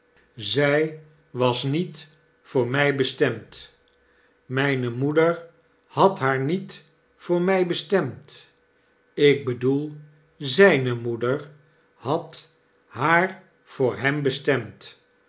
zy was niet voor my bestemd mpe moederhad haar niet voor my bestemd ik bedoel zpe moeder had haar voor hem bestemd